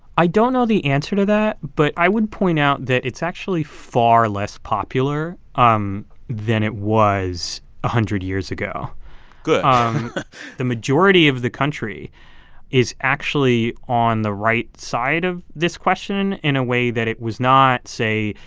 i don't know the answer to that, but i would point out that it's actually far less popular um than it was a hundred years ago good the majority of the country is actually on the right side of this question in a way that it was not, say,